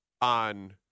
on